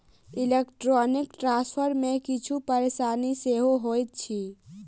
electronic transfer मे किछु परेशानी सेहो होइत अछि